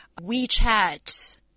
WeChat